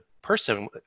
person